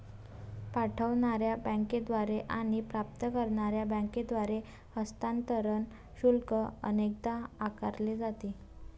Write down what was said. पाठवणार्या बँकेद्वारे आणि प्राप्त करणार्या बँकेद्वारे हस्तांतरण शुल्क अनेकदा आकारले जाते